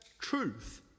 truth